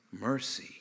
mercy